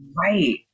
Right